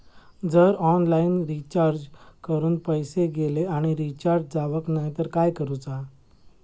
जर online recharge करून पैसे गेले आणि रिचार्ज जावक नाय तर काय करूचा?